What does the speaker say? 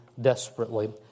desperately